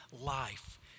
life